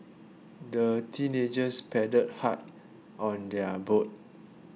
the teenagers paddled hard on their boat